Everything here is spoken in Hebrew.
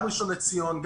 גם ראשון לציון,